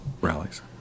rallies